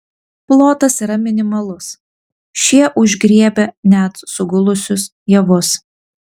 plotas yra minimalus šie užgriebia net sugulusius javus